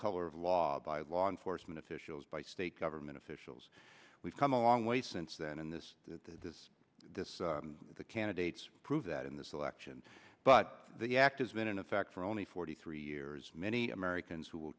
color of law by law enforcement officials by state government officials we've come a long way since then and this is the candidates prove that in this election but the act is been in effect for only forty three years many americans who will